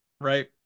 right